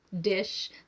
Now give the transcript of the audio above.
dish